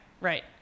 right